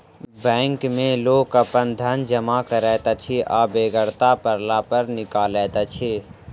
bank मे लोक अपन धन जमा करैत अछि आ बेगरता पड़ला पर निकालैत अछि